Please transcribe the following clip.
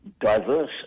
diverse